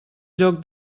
lloc